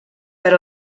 per